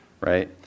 right